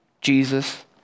Jesus